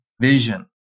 vision